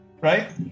Right